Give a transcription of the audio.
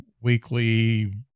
weekly